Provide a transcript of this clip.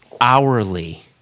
hourly